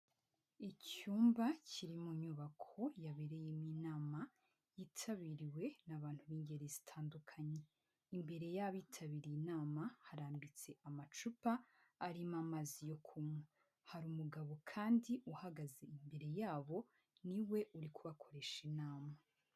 Icyumba kiri mu nyubako yabereyemo inama, yitabiriwe n'abantu b'ingeri zitandukanye. Imbere y'abitabiriye inama harambitse amacupa arimo amazi yo kunywa. Hari umugabo kandi uhagaze imbere yabo ni we uri kubakoresha inama.